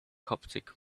coptic